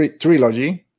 trilogy